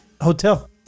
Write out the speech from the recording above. hotel